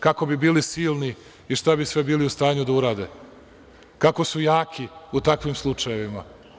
Kako bi bili silni i šta bi sve bili u stanju da urade, kako su jaki u takvim slučajevima.